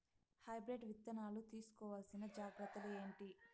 Hybrid విత్తనాలు తీసుకోవాల్సిన జాగ్రత్తలు ఏంటి?